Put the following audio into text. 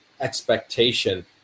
expectation